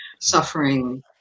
suffering